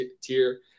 tier